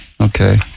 okay